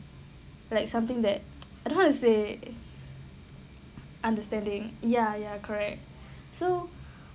like something that I don't know how to say understanding ya ya correct so